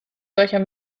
solcher